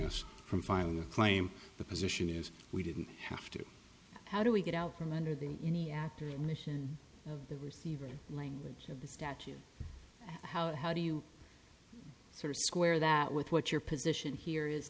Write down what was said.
us from filing a claim the position is we didn't have to how do we get out from under the any actor and it was the very language of the statute how how do you sort of square that with what your position here is